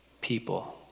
people